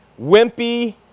Wimpy